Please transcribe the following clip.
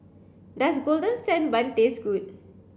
does golden sand bun taste good